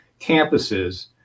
campuses